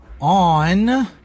on